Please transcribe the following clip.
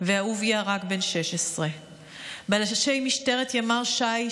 ואהוביה רק בן 16. בלשי משטרת ימ"ר ש"י,